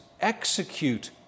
execute